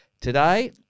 Today